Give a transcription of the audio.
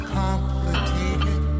complicated